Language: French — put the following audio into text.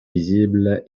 visible